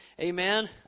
amen